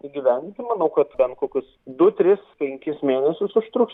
įgyvendinti manau kad bent kokius du tris penkis mėnesius užtruks